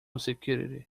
security